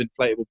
inflatable